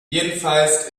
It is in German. jedenfalls